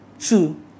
Two